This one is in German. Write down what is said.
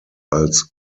als